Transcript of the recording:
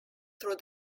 through